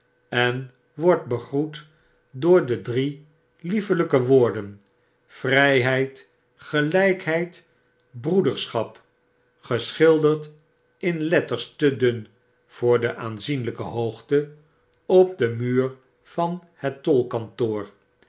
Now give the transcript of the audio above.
en wordt begroet door de drie liefelyke woorden vryheid gelykheid broederschap geschilderd in letters te dun voor de aanzienlyke hoogte op den muur van het